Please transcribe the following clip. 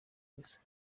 gusa